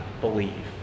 believe